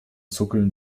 zuckeln